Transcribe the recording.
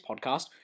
podcast